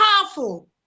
powerful